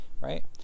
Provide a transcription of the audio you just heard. right